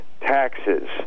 taxes